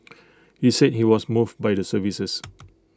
he said he was moved by the services